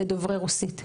לדוברי רוסית.